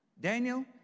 Daniel